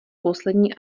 poslední